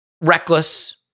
reckless